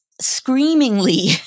screamingly